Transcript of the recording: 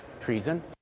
treason